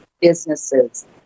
businesses